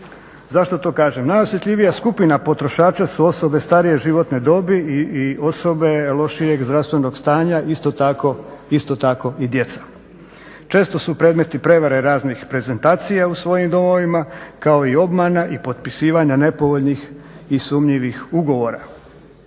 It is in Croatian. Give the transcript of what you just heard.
Zašto to kažem? Najosjetljivija skupina potrošača su osobe starije životne dobi i osobe lošijeg zdravstvenog stanja, isto tako i djeca. Često su predmeti prevare raznih prezentacija u svojim domovima, kao i obmana i potpisivanja nepovoljnih i sumnjivih ugovora.